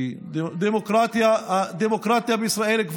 כי הדמוקרטיה בישראל,